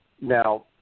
Now